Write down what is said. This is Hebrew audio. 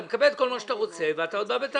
אתה מקבל את כל מה שאתה רוצה ואתה עוד בא בטענות.